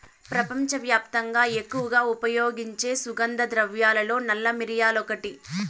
ప్రపంచవ్యాప్తంగా ఎక్కువగా ఉపయోగించే సుగంధ ద్రవ్యాలలో నల్ల మిరియాలు ఒకటి